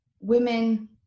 women